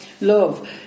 love